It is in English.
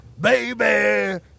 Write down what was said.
Baby